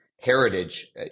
heritage